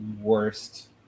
worst